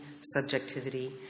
subjectivity